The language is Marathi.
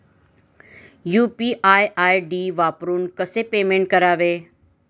यु.पी.आय आय.डी वापरून कसे पेमेंट करावे?